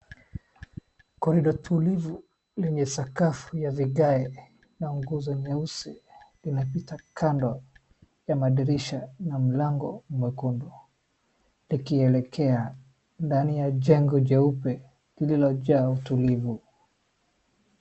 Corridor tulivu lenye sakafu ya vigae na nguzo nyeusi inapita kando ya madirisha na mlango mwekundu likielekea ndani ya jengo jeupe lililojaa utulivu.